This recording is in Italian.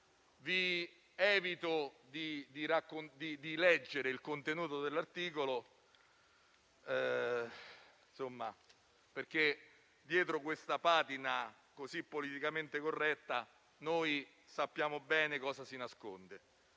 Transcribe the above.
Evito di leggere il contenuto dell'articolo perché, dietro una patina così politicamente corretta, sappiamo bene che cosa si nasconde.